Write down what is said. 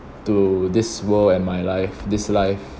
to this world and my life this life